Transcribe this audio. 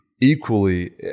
equally